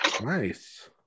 Nice